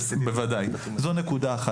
בוודאי, זו אחת.